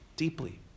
Deeply